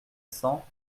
cents